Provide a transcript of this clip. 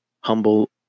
Humble